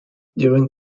during